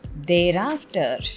thereafter